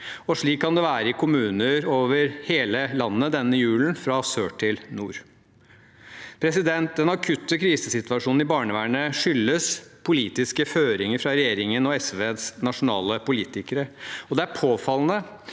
Slik kan det være i kommuner over hele landet denne julen, fra sør til nord. Den akutte krisesituasjonen i barnevernet skyldes politiske føringer fra regjeringen og SVs nasjonale politikere. Og det er påfallende